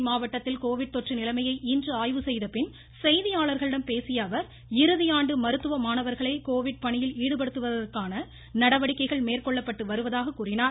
திருச்சி மாவட்டத்தில் கோவிட் தொற்று நிலைமையை இன்று ஆய்வு செய்த பின் செய்தியாளர்களிடம் பேசிய அவர் இறுதியாண்டு மருத்துவ மாணவர்களை கோவிட் பணியில் ஈடுபடுத்துவதற்கான நடவடிக்கைகள் மேற்கொள்ளப்பட்டு வருவதாக கூறினார்